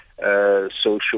social